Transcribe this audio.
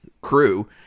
crew